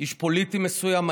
איש פוליטי מסוים,